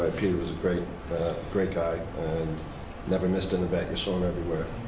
ah peter was a great great guy and never missed an event, you saw him everywhere.